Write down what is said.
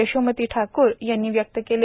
यशोमती ठाकूर यांनी आज व्यक्त केली